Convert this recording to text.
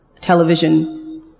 television